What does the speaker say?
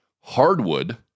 hardwood